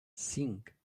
cinc